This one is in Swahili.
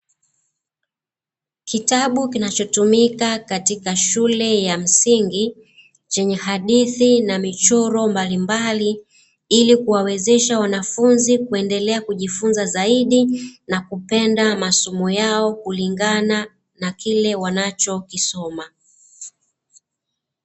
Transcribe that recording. Kitabu kinachotumika katika shule ya msingi chenye hadithi na michoro mbalimbali, ili kuwawezesha wanafunzi kuendelea kujifunza zaidi na kupenda masomo yao kulingana na kile wanacho kisoma.